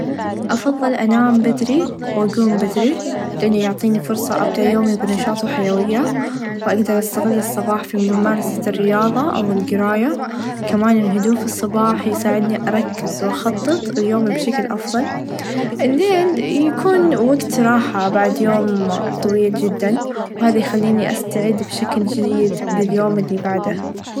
افظل انام بدري و اقوم بدري لين يعطيني فرصه ابدا يوم بنشاط و حيويه و اقدر استغل الصباح في ممارسه الرياظه او القرايه كمان الهدوء في الصباح يساعدني اركز و اخطط ليومي بشكل افظل انذين يكون وقت راحه بعد يوم طوي چدا و هذا يخليني استعد بشكل چيد لليوم الي بعده.